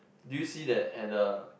do you see that at the